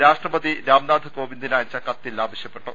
രാഷ്ട്രപതി രാംനാഥ് കോവിന്ദിന് അയച്ച കത്തിൽ ആവശ്യപ്പെട്ടു